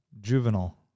Juvenile